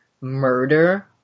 murder